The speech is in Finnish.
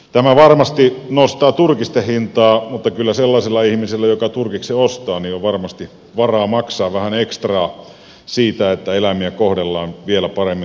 tämä varmasti nostaa turkisten hintaa mutta kyllä sellaisella ihmisellä joka turkiksen ostaa on varmasti varaa maksaa vähän ekstraa siitä että eläimiä kohdellaan vielä paremmin kuin nyt